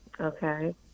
Okay